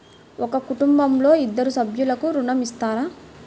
ఒక కుటుంబంలో ఇద్దరు సభ్యులకు ఋణం ఇస్తారా?